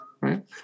right